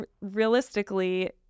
realistically